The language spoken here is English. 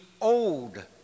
old